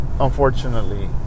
unfortunately